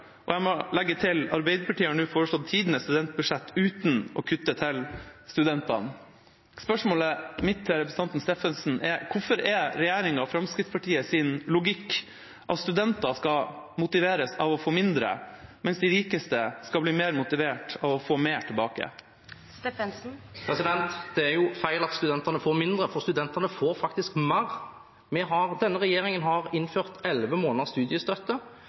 Jeg må legge til at Arbeiderpartiet nå har foreslått tidenes studentbudsjett uten å kutte til studentene. Spørsmålet mitt til representanten Steffensen er: Hvorfor er regjeringas og Fremskrittspartiets logikk at studenter skal motiveres av å få mindre, mens de rikeste skal bli mer motivert av å få mer tilbake? Det er feil at studentene får mindre, for studentene får faktisk mer. Denne regjeringen har innført elleve måneders studiestøtte,